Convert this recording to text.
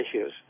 issues